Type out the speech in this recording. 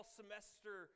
semester